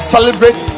Celebrate